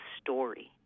story